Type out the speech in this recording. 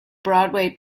broadway